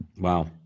Wow